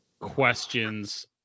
questions